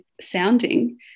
sounding